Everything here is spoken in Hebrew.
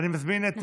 אני מזמין את